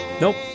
Nope